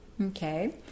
Okay